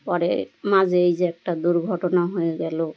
পরে মাঝে এই যে একটা দুর্ঘটনা হয়ে গেল